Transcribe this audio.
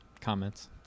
comments